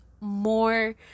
more